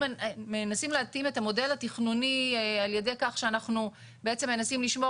מנסים להתאים את המודל התכנוני על ידי כך שאנחנו בעצם מנסים לשמור